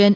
N